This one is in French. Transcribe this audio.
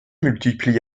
multiplie